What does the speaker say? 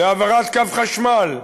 להעברת קו חשמל,